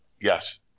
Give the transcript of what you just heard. Yes